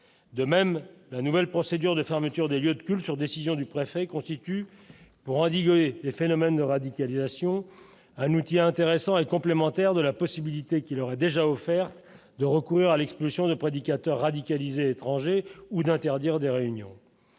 de même la nouvelle procédure de fermeture des lieux de culture, décision du préfet constitue pour endiguer le phénomène de radicalisation un outil intéressant et complémentaire de la possibilité qui leur est déjà offerte de recourir à l'explosion de prédicateur radicaliser étrangers ou d'interdire des réunions,